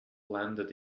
landed